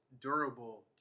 durable